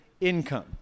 income